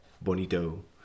bonito